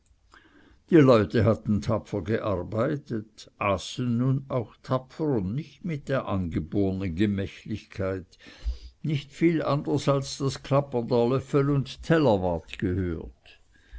die leute hatten tapfer gearbeitet aßen nun auch tapfer und nicht mit der angebornen gemächlichkeit nicht viel anders als das klappern der löffel und teller ward gehört